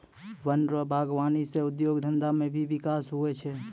वन रो वागबानी सह उद्योग धंधा मे भी बिकास हुवै छै